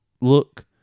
look